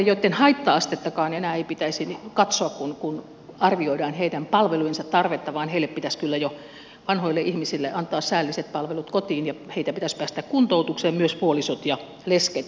heidän haitta astettakaan ei enää pitäisi katsoa kun arvioidaan heidän palvelujensa tarvetta vaan heille pitäisi kyllä jo vanhoille ihmisille antaa säälliset palvelut kotiin ja heidät pitäisi päästää kuntoutukseen myös puolisot ja lesket